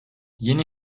yeni